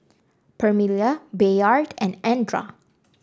Permelia Bayard and Andra